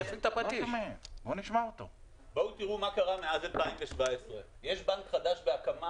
תראו מה קרה מאז 2017. יש בנק חדש בהקמה